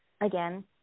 again